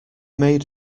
made